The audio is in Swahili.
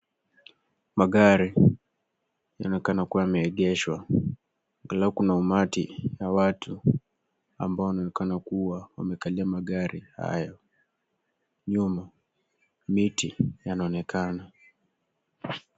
Magari yanaonekana kuwa yameegeshwa ,angalau kuna umati wa watu ambao wanaonekana kuwa wamekalia magari haya. Nyuma miti yanaonekana.